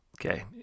Okay